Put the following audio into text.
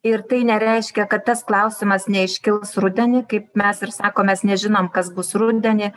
ir tai nereiškia kad tas klausimas neiškils rudenį kaip mes ir sakom mes nežinom kas bus rudenį